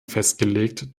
festgelegt